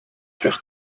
terug